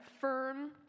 firm